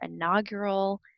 inaugural